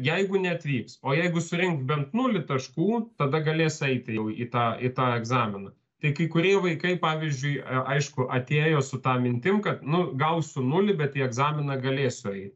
jeigu neatvyks o jeigu surinkt bent nulį taškų tada galės eiti jau į tą į tą egzaminą tai kai kurie vaikai pavyzdžiui aišku atėjo su ta mintim kad nu gausiu nulį bet į egzaminą galėsiu eit